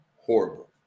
horrible